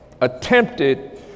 attempted